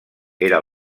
era